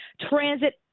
transit